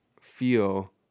feel